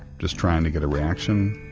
just trying to get a reaction?